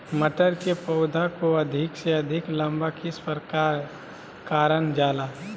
मटर के पौधा को अधिक से अधिक लंबा किस प्रकार कारण जाला?